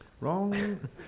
Wrong